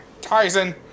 tyson